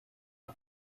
are